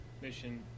mission